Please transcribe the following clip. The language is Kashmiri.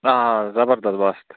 آ زبردست بستہٕ